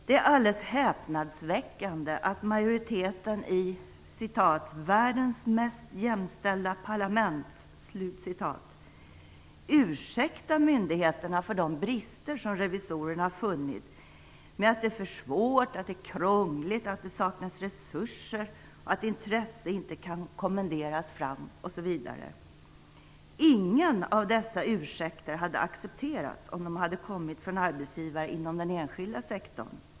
Det är alldeles häpnadsväckande att majoriteten i "världens mest jämställda parlament" ursäktar myndigheterna för de brister som revisorerna funnit med att det är för svårt, att det är krångligt, att det saknas resurser, att intresse inte kan kommenderas fram osv. Ingen av dessa ursäkter hade accepterats om de hade kommit från arbetsgivare inom den enskilda sektorn.